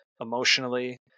emotionally